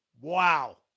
Wow